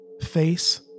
face